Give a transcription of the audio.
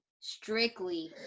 strictly